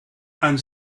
and